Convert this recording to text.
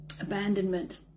abandonment